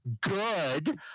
good